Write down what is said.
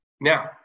Now